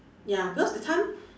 ya because that time